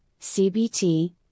CBT